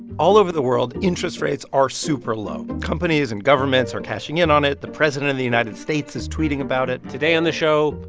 all over the world, interest rates are super low. companies and governments are cashing in on it. the president of the united states is tweeting about it today on the show,